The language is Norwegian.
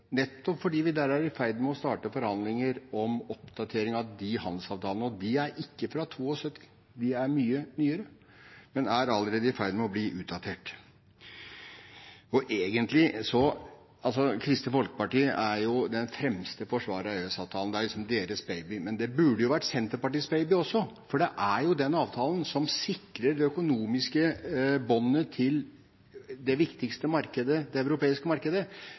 nettopp fordi vi der er i ferd med å starte forhandlinger om oppdatering av handelsavtalene, og de er ikke fra 1972, de er mye nyere, men er allerede i ferd med å bli utdatert. Kristelig Folkeparti er den fremste forsvareren av EØS-avtalen. Det er deres baby, men det burde vært Senterpartiets baby også, for det er jo den avtalen som sikrer det økonomiske båndet til det viktigste markedet, det europeiske markedet,